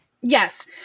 Yes